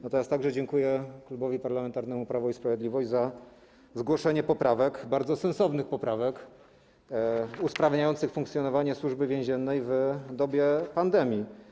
Natomiast dziękuję także Klubowi Parlamentarnemu Prawo i Sprawiedliwość za zgłoszenie poprawek, bardzo sensownych poprawek, usprawniających funkcjonowanie Służby Więziennej w dobie pandemii.